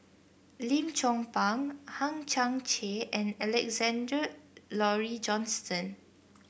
Lim Chong Pang Hang Chang Chieh and Alexander Laurie Johnston